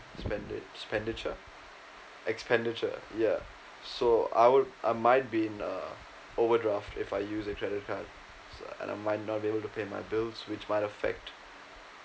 spending expenditure ya so I will I might be in a overdraft if I use a credit card and I might not be able to pay my bills which might affect